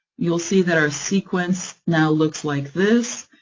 you'll see that our sequence now looks like this,